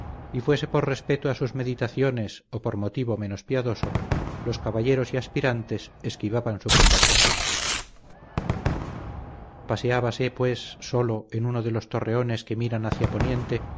y fuese por respeto a sus meditaciones o por motivo menos piadoso los caballeros y aspirantes esquivaban su conversación paseábase pues solo en uno de los torreones que miran hacia poniente